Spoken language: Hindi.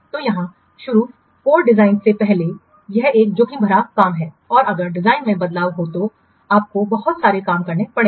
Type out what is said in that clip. तो यहाँ शुरू कोड डिजाइन से पहले यह एक जोखिम भरा काम है और अगर डिजाइन में बदलाव हो तो आपको बहुत सारे काम करने पड़ेंगे